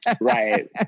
right